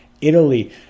Italy